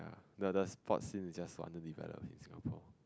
the the sports here is just for underdeveloped in Singapore